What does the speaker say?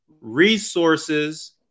resources